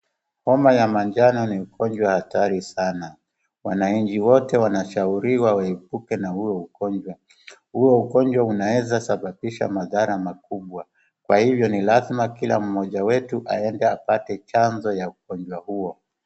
Homa ya majano ni ugonjwa hatari sana. Wananchi wote wanashauriwa waepuke na huo ugonjwa. Huo ugonjwa unaeza sababisha madhara makubwa. Kwa hivyo ni lazima kila mmoja wetu aende apate chanjo ya ugonjwa huo.